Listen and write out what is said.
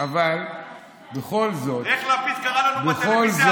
אבל בכל זאת, איך לפיד קרא לנו בטלוויזיה?